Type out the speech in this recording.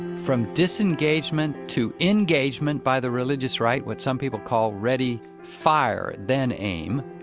from disengagement to engagement by the religious right, what some people call ready, fire then aim,